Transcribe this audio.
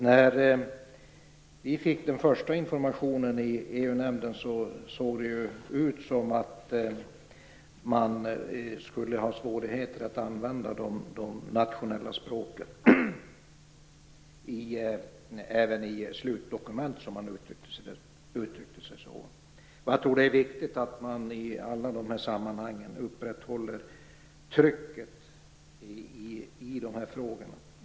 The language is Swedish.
När vi fick den första informationen i EU nämnden såg det ut som att man skulle ha svårigheter att använda de nationella språken även i slutdokument. Jag tror att det är viktigt att vi i alla dessa sammanhang upprätthåller trycket i dessa frågor.